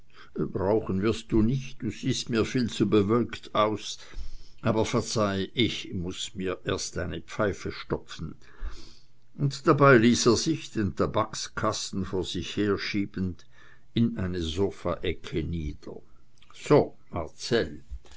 wirst du nicht du siehst mir viel zu bewölkt aus aber verzeih ich muß mir erst eine pfeife stopfen und dabei ließ er sich den tabakskasten vor sich herschiebend in eine sofaecke nieder so